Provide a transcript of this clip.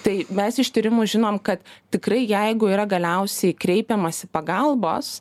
tai mes iš tyrimų žinom kad tikrai jeigu yra galiausiai kreipiamasi pagalbos